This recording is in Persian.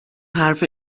حرف